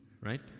Right